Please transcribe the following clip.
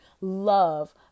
love